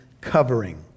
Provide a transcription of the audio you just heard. covering